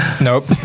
nope